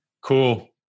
Cool